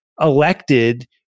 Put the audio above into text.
elected